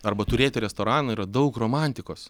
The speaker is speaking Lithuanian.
arba turėti restoraną yra daug romantikos